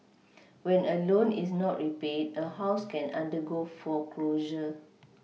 when a loan is not repaid a house can undergo foreclosure